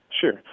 Sure